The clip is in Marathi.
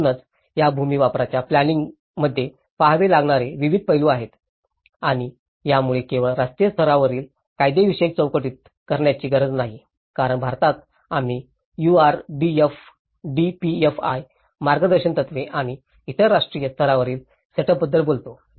म्हणूनच या भूमी वापराच्या प्लॅनिंइंगात पहावे लागणारे विविध पैलू आहेत आणि यामुळे केवळ राष्ट्रीय स्तरावरील कायदेविषयक चौकटच करण्याची गरज नाही कारण भारतात आम्ही यूआरडीपीएफआय मार्गदर्शक तत्त्वे आणि इतर राष्ट्रीय स्तरावरील सेटअपबद्दल बोलतो